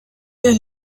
der